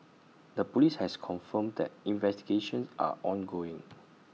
the Police has confirmed that investigations are ongoing